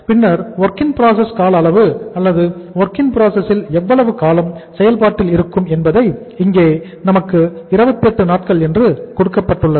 பின்னர் work in process ல் எவ்வளவு காலம் Dwip செயல்பாட்டில் இருக்கும் என்பதை இங்கே நமக்கு 28 நாட்கள் என்று கொடுக்கப்பட்டுள்ளது